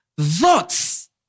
thoughts